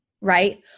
right